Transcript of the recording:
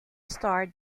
starred